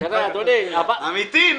אמיתי.